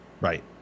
Right